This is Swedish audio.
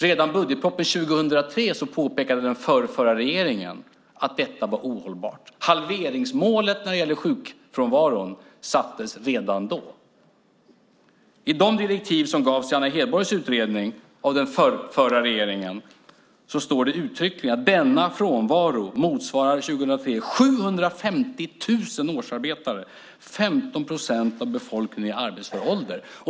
Redan i budgetpropositionen 2003 påpekade den förrförra regeringen att detta var ohållbart. Halveringsmålet när det gäller sjukfrånvaron sattes redan då. I de direktiv som gavs i Anna Hedborgs utredning av den förrförra regeringen står det uttryckligen att denna frånvaro 2003 motsvarar 750 000 årsarbetare - 15 procent av befolkningen i arbetsför ålder.